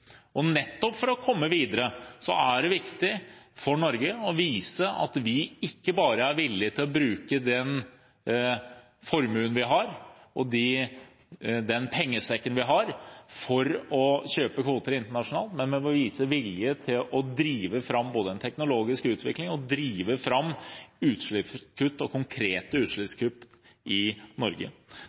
Og nettopp for å komme videre er det viktig for Norge å vise at vi ikke bare er villig til å bruke den formuen, den pengesekken, vi har, for å kjøpe kvoter internasjonalt. Vi må også vise vilje til å drive fram både den teknologiske utviklingen og konkrete utslippskutt i Norge.